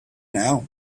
now